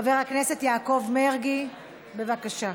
חבר הכנסת יעקב מרגי, בבקשה.